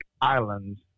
islands